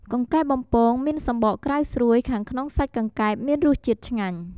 កង្កែបបំពងមានសំបកក្រៅស្រួយ ខាងក្នុងសាច់កង្កែបមានរសជាតិឆ្ងាញ់។